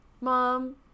Mom